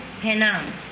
Penang